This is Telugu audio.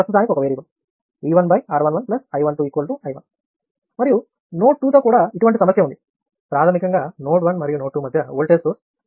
V1R11 I 12 I 1 మరియు నోడ్ 2 తో కూడా ఇటువంటి సమస్య ఉంది ప్రాథమికంగా నోడ్ 1 మరియు నోడ్ 2 మధ్య వోల్టేజ్ సోర్స్ అనుసందానించబడింది